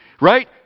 right